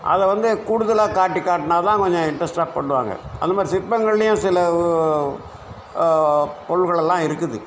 அதை வந்து கூடுதலாக காட்டி காட்டினாதான் கொஞ்சம் இன்ட்ரெஸ்ட்டாக பண்ணுவாங்க அந்த மாதிரி சிற்பங்களிலயும் சில பொருட்கள் எல்லாம் இருக்குது